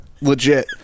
legit